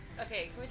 Okay